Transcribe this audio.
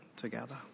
together